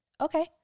okay